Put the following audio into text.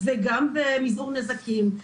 גם במזעור נזקים,